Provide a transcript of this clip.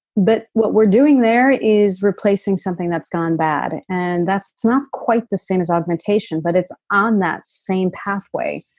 but what we're doing there is replacing something that's gone bad and that's not quite the same as augmentation, but it's on that same pathway.